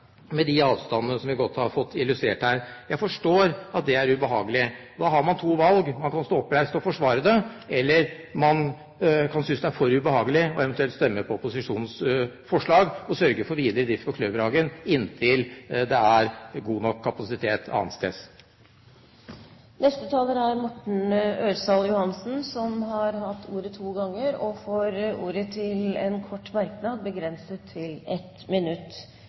med de avstandene som vi har fått godt illustrert her. Jeg forstår at det er ubehagelig. Nå har man to valg: Man kan stå oppreist og forsvare det, eller man kan synes det er for ubehagelig og eventuelt stemme for opposisjonens forslag og sørge for videre drift for Kløverhagen inntil det er god nok kapasitet annetsteds. Representanten Morten Ørsal Johansen har hatt ordet to ganger tidligere og får ordet til en kort merknad, begrenset til 1 minutt.